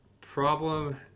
Problem